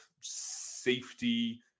safety